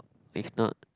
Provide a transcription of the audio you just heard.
if not